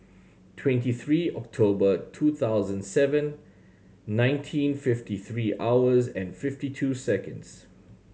twenty three October two thousand seven nineteen fifty three hours and fifty two seconds